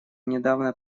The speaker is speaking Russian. недавно